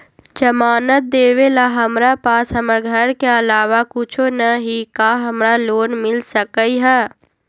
जमानत देवेला हमरा पास हमर घर के अलावा कुछो न ही का हमरा लोन मिल सकई ह?